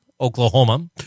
Oklahoma